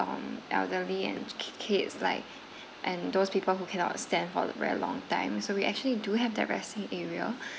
um elderly and k~ kids like and those people who cannot stand for very long time so we actually do have that resting area